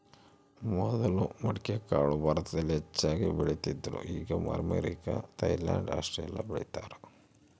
ಮೊದಲು ಮಡಿಕೆಕಾಳು ಭಾರತದಲ್ಲಿ ಹೆಚ್ಚಾಗಿ ಬೆಳೀತಿದ್ರು ಈಗ ಅಮೇರಿಕ, ಥೈಲ್ಯಾಂಡ್ ಆಸ್ಟ್ರೇಲಿಯಾ ಬೆಳೀತಾರ